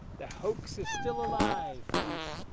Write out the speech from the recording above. the hoax is still alive, felice.